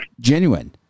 genuine